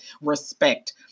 respect